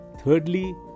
Thirdly